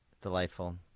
delightful